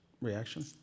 reaction